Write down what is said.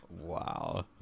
Wow